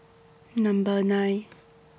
Number nine